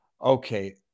Okay